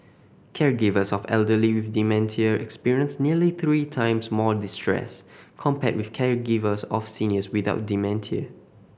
caregivers of elderly with dementia experienced nearly three times more distress compared with caregivers of seniors without dementia